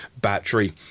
battery